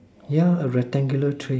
yeah a rectangular tray